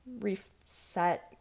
reset